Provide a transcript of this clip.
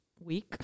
week